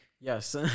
Yes